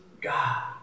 God